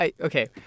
Okay